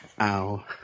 Ow